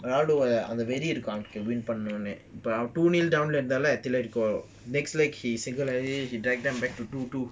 ரொனால்டோஅந்தவெறிஇருக்கும்:ronaldothan andha veri irukum win பண்ணனும்னு:pannanumnu next leg he single handedly he drag them back to two two